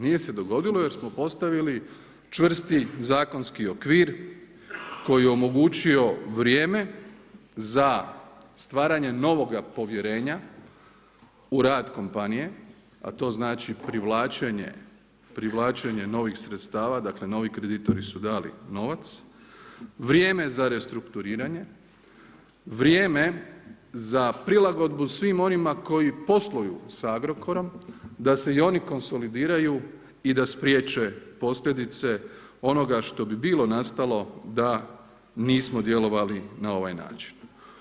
Nije se dogodilo jer smo postavili čvrsti zakonski okvir koji je omogućio vrijeme za stvaranje novoga povjerenja u rad kompanije, a to privlačenje novih sredstava, dakle, novi kreditori su dali novac, vrijeme za restrukturiranje, vrijeme za prilagodbu svim onima koji posluju sa Agrokorom da se i oni konsolidiraju i da spriječe posljedice onoga što bi bilo nastalo da nismo djelovali na ovaj način.